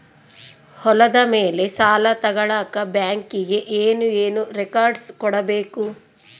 ಹೊಲದ ಮೇಲೆ ಸಾಲ ತಗಳಕ ಬ್ಯಾಂಕಿಗೆ ಏನು ಏನು ರೆಕಾರ್ಡ್ಸ್ ಕೊಡಬೇಕು?